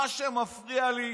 מה שמפריע לי,